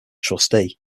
trustee